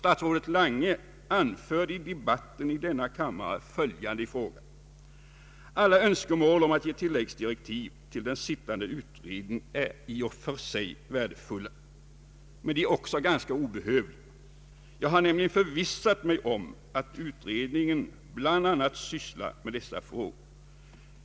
Statsrådet Lange anförde i debatten i denna kammare följande: ”Alla önskemål om att ge tilläggsdirektiv till den sittande utredningen är i och för sig värdefulla, men de är också ganska obehövliga. Jag har nämligen förvissat mig om att utredningen bl.a. sysslar med dessa frågor.